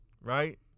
right